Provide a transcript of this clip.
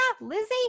Lizzie